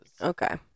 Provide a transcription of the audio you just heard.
okay